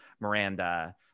Miranda